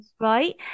right